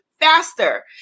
faster